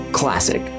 Classic